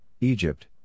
Egypt